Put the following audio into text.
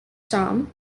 term